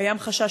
כבוד היושב-ראש,